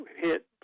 hit